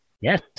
Yes